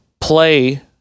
play